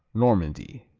normandy.